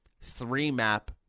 three-map